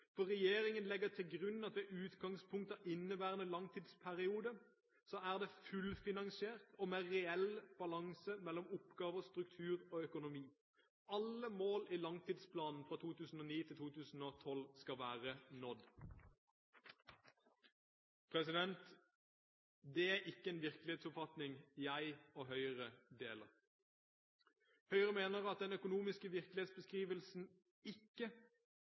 forsvarsøkonomien. Regjeringen legger til grunn at ved starten av inneværende langtidsperiode er det fullfinansiert og reell balanse mellom oppgaver, struktur og økonomi. Alle mål i langtidsplanen fra 2009–2012 skal være nådd. Det er ikke en virkelighetsoppfatning jeg og Høyre deler. Høyre mener at den økonomiske virkelighetsbeskrivelsen ikke